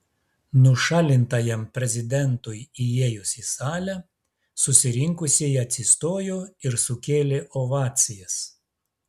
nušalintajam prezidentui įėjus į salę susirinkusieji atsistojo ir sukėlė ovacijas